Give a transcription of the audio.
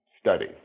study